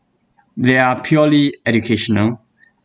they are purely educational